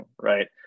right